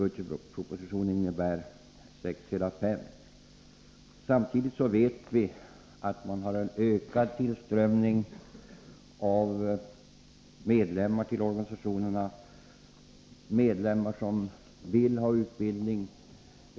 Budgetpropositionen innebär 6,5. Samtidigt vet vi att organisationerna har en ökad tillströmning av medlemmar, som vill få utbildning.